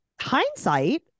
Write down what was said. hindsight